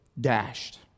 dashed